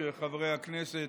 חברי הכנסת,